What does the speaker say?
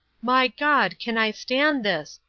my god, can i stand this!